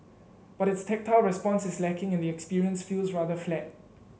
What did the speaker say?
but its tactile response is lacking and the experience feels rather flat